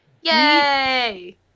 Yay